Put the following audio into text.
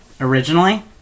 Originally